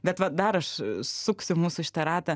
bet va dar aš suksiu mūsų šitą ratą